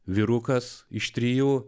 vyrukas iš trijų